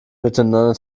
miteinander